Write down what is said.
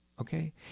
okay